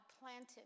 planted